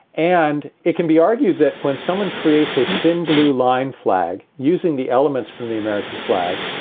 and it can be argued that when someone creates a thin blue line flag using the elements from the american flag,